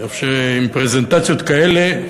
אני חושב שעם פרזנטציות כאלה,